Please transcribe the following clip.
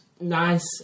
Nice